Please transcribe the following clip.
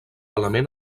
element